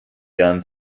jahren